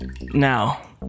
Now